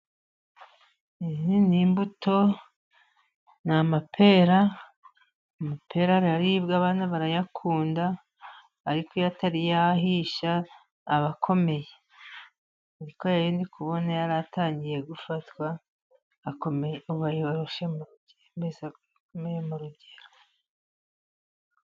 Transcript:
Izi n'imbuto n'amapera amapera araribwa abana barayakunda. Ariko iyo atari yahisha abakomeye ariko rero ndikubona yari atangiye gufatwa ubu bayoroshye mu byemeza bikomeye mu rugero.